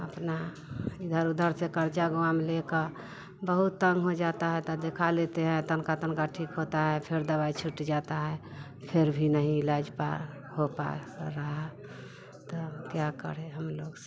अपना इधर उधर से कर्जा घाम लेकर बहुत तंग हो जाता है त देखा लेते हैं टोनका टोनका ठीक होता फिर दवाई छूट जाता है फिर भी नहीं इलाज पा हो पा रहा तब क्या करें हम लोग सब